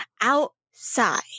outside